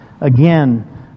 Again